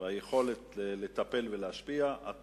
ויכולת לטפל ולהשפיע, את